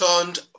turned